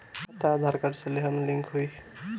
खाता आधार कार्ड से लेहम लिंक होई?